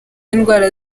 indwara